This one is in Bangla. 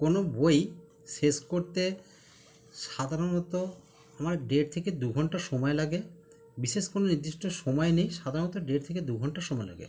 কোনো বই শেষ করতে সাধারণত আমার দেড় থেকে দু ঘন্টা সময় লাগে বিশেষ কোনো নির্দিষ্ট সময় নেই সাধারণত দেড় থেকে দু ঘন্টা সময় লাগে